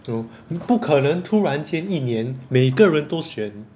you know 不可能突然间一年每个人都选